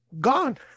gone